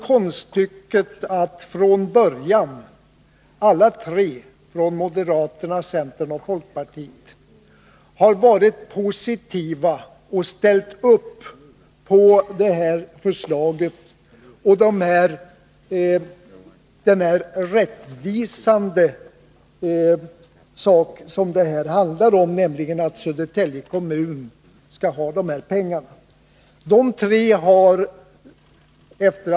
Alla tre — moderaten, centerpartisten och folkpartisten — var från början positiva och ställde upp för den rättvisa sak som det här handlar om, nämligen att Södertälje skall få ett särskilt stöd från staten.